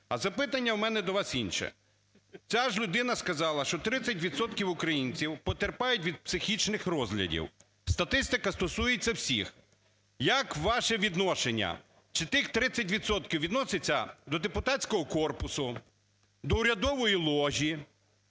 А запитання у мене до вас інше. Ця ж людина сказала, що 30 відсотків України потерпають від психічних розладів, cтатистика стосується всіх. Як ваше відношення, чи тих 30 відсотків відноситься до депутатського корпусу, до урядової ложі,